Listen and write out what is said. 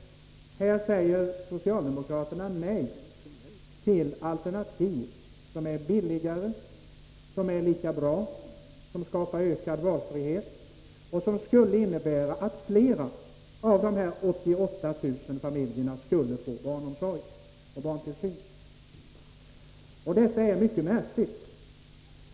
Här säger socialdemokraterna nej till alternativ som är billigare, som är lika bra och skapar ytterligare valfrihet och som skulle innebära att flera av dessa 88 000 familjer skulle få barnomsorg och barntillsyn ordnad. Det är mycket märkligt.